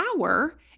hour